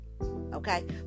Okay